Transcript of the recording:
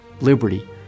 liberty